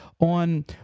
on